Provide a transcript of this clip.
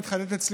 אז אני בא